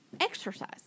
exercise